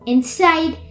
Inside